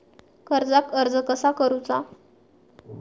कर्जाक अर्ज कसा करुचा?